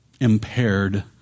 impaired